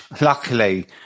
luckily